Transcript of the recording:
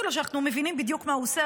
לו שאנחנו מבינים בדיוק מה הוא עושה,